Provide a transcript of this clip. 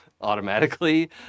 automatically